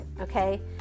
okay